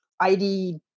ID